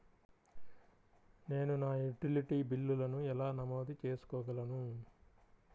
నేను నా యుటిలిటీ బిల్లులను ఎలా నమోదు చేసుకోగలను?